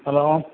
hello